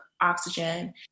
oxygen